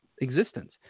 existence